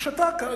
הוא שתק, כרגיל.